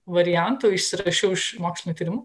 variantų išsirašiau iš mokslinių tyrimų